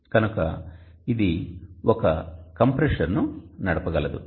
కనుక ఇది ఒక కంప్రెషర్ను నడపగలదు